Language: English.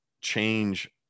change